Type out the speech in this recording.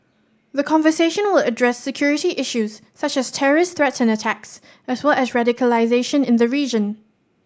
the conversation will address security issues such as terrorist threats and attacks as well as radicalisation in the region